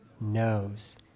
knows